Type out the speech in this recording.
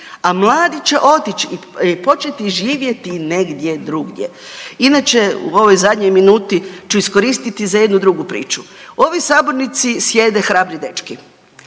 a mladi će otići i početi živjeti negdje drugdje. Inače, u ovoj zadnjoj minuti ću iskoristiti za jednu drugu priču. U ovoj sabornici sjede hrabri dečki